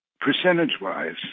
percentage-wise